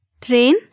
Train